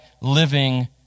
living